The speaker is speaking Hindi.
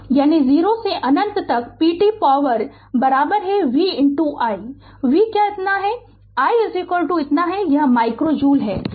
यानी 0 से अनंत तक p t power v i v क्या इतना i इतना है यह माइक्रो जूल है